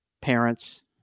parents